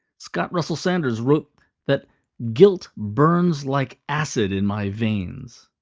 scott russell sanders wrote that guilt burns like acid in my veins.